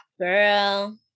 girl